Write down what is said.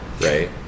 Right